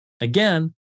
Again